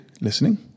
listening